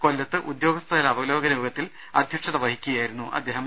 കൊല്ലത്ത് ഉദ്യോഗ സ്ഥതല അവലോകന യോഗത്തിൽ അധ്യക്ഷത വഹിക്കുകയായിരുന്നു അദ്ദേഹം